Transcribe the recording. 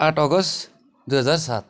आठ अगस्त दुई हजार सात